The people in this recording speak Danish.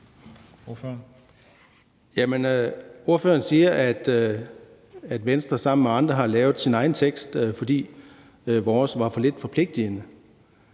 Spørgeren siger, at Venstre sammen med andre har lavet sin egen tekst, fordi vores var for lidt forpligtende.